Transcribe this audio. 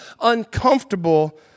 uncomfortable